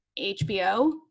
hbo